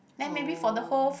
oh